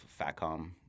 Fatcom